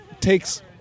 takes